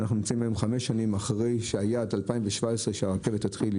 אנחנו נמצאים היום חמש שנים אחרי היעד 2017 שהרכבת תתחיל לפעול,